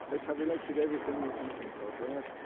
let's have elected everything you can think of, right?